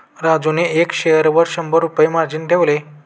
राजूने एका शेअरवर शंभर रुपये मार्जिन ठेवले